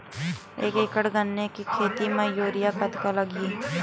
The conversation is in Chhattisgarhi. एक एकड़ गन्ने के खेती म यूरिया कतका लगही?